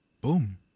Boom